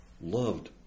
loved